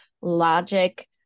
logic